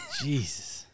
Jesus